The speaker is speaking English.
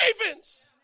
ravens